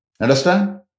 Understand